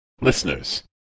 listeners